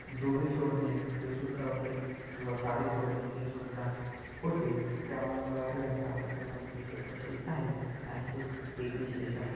दोरी सोडणे हेसुद्धा होते किंवा साडी सोडणे हेसुद्धा होते त्यामुळं मराठी भाषा अतिशय गमतीशीर अशी आहे आणि हेच एक विशेष आहे